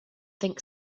think